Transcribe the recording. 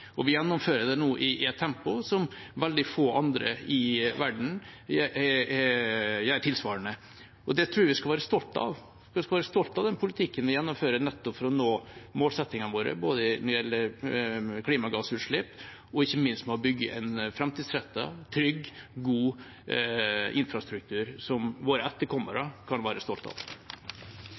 og vi gjennomfører det nå i et tempo som veldig få andre i verden gjør tilsvarende. Det tror jeg vi skal være stolte av. Vi skal være stolte av den politikken vi gjennomfører, nettopp for å nå målsettingene våre når det gjelder både klimagassutslipp og ikke minst å bygge en framtidsrettet, trygg og god infrastruktur som våre etterkommere kan være stolte av.